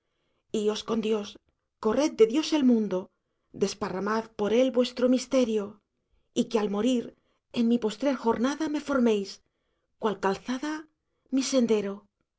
con dios corred de dios el mundo desparramad por él vuestro misterio y que al morir en mi postrer jornada me forméis cual calzada mi sendero el de